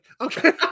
Okay